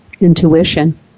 intuition